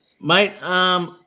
Mate